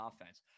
offense